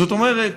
זאת אומרת,